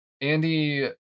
Andy